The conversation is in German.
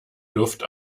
luft